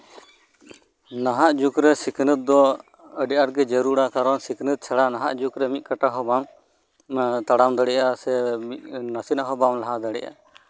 ᱱᱟᱦᱟᱜ ᱡᱩᱜᱽᱨᱮ ᱤᱠᱷᱱᱟᱹᱛ ᱫᱚ ᱟᱹᱰᱤ ᱟᱸᱴᱜᱮ ᱡᱟᱹᱨᱩᱲᱟ ᱠᱟᱨᱚᱱ ᱱᱚᱶᱟ ᱥᱤᱠᱷᱱᱟᱹᱛ ᱪᱷᱟᱲᱟ ᱱᱟᱦᱟᱜ ᱡᱩᱜᱽᱨᱮᱱ ᱢᱤᱫ ᱠᱟᱴᱟᱦᱚᱸ ᱵᱟᱢ ᱛᱟᱲᱟᱢ ᱫᱟᱲᱮᱭᱟᱜᱼᱟ ᱥᱮ ᱱᱟᱥᱮᱱᱟᱜ ᱦᱚᱸ ᱵᱟᱢ ᱞᱟᱦᱟ ᱫᱟᱲᱮᱭᱟᱜᱼᱟ